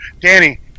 Danny